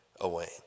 away